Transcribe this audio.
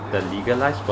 the legalised